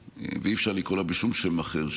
שאי-אפשר לקרוא לה בשום שם אחר,